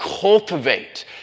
cultivate